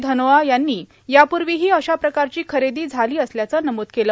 धनोआ यांनी यापूर्वीही अशा प्रकारची खरेदी झाली असल्याचं नमूद केलं